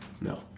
No